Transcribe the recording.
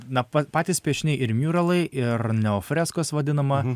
na pa patys piešiniai ir miuralai ir neofreskos vadinama